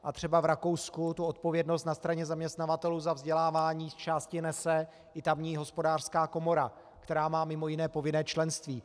A třeba v Rakousku tu odpovědnost na straně zaměstnavatelů za vzdělávání zčásti nese i tamní hospodářská komora, která má mj. povinné členství.